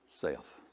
self